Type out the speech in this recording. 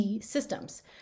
Systems